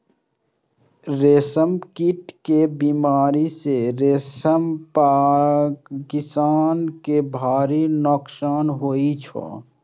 रेशम कीट के बीमारी सं रेशम पालक किसान कें भारी नोकसान होइ छै